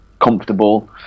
comfortable